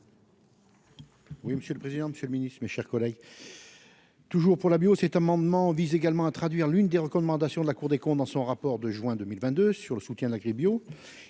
Oui, monsieur le président, Monsieur le Ministre, mes chers collègues, toujours pour la bio, cet amendement vise également à traduire l'une des recommandations de la Cour des comptes dans son rapport de juin 2022 sur le soutien de la grippe bio,